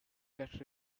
get